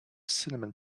cinnamon